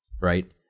right